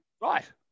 Right